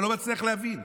אני לא מצליח להבין,